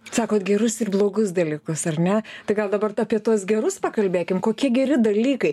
sakot gerus ir blogus dalykus ar ne tai gal dabar ta apie tuos gerus pakalbėkim kokie geri dalykai